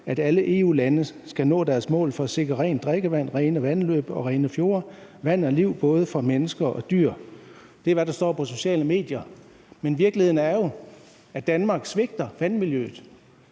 at alle EU's lande når deres mål for at sikre rent drikkevand, rene vandløb og rene fjorde. Vand er liv. Både for mennesker og dyr.« Det er, hvad der står på de sociale medier. Men virkeligheden er jo, at Danmark svigter vandmiljøet.